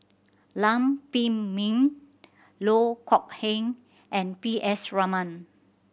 Lam Pin Min Loh Kok Heng and P S Raman